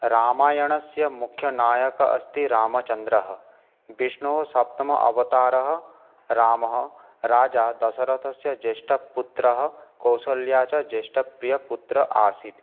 रामायणस्य मुख्यनायकः अस्ति रामचन्द्रः विष्णोः सप्तमवतारः रामः राजा दशरथस्य ज्येष्ठपुत्रः कोशल्या च ज्येष्ठप्रियपुत्रः आसीत्